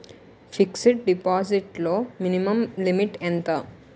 Fixed deposit లో minimum limit ఎంత?